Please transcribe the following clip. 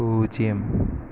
പൂജ്യം